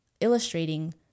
illustrating